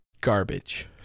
garbage